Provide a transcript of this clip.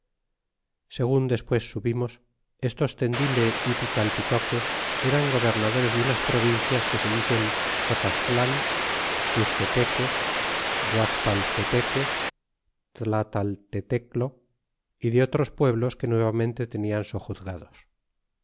segun despues supimos estos tendile y pitalpitoque eran gobernadores de unas provincias que se dicen cotastlan tustepeque guazpaltepeque tlatalteteclo y de otros pueblos que nuevamente tenían sojuzgados